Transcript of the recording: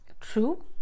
true